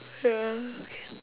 ya okay